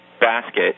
basket